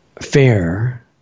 fair